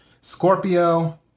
Scorpio